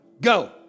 go